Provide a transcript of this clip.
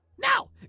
Now